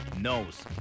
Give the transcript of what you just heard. knows